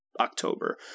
October